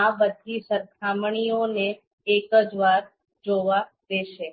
આ બધી સરખામણીઓને એક જ વાર જોવા દેશે